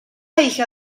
hija